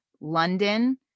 London